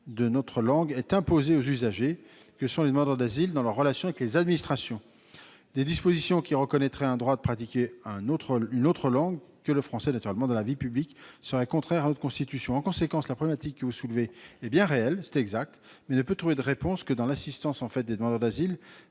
du français est imposé aux usagers, que sont les demandeurs d'asile, dans leurs relations avec les administrations. Des dispositions qui reconnaîtraient un droit à pratiquer une autre langue que le français dans la vie publique seraient contraires à la Constitution. En conséquence, les problématiques que vous soulevez, qui sont bien réelles, ne peuvent trouver de réponse que dans l'assistance des demandeurs d'asile